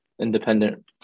independent